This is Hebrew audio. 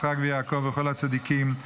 יצחק ויעקב וכל הצדיקים,